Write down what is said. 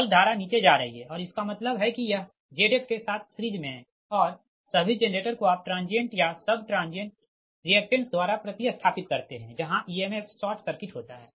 fault धारा नीचे जा रही है और इसका मतलब है कि यह Zf के साथ सीरिज़ मे है और सभी जेनरेटर को आप ट्रांजिएंट या सब ट्रांजिएंट रिएक्टेंस द्वारा प्रति स्थापित करते है जहाँ emf इएमएफ शॉर्ट सर्किट होता है